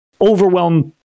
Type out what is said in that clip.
overwhelm